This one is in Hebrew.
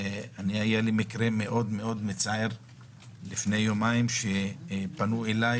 היה לי מקרה מצער מאוד לפני יומיים, שפנו אליי